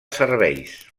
serveis